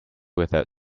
without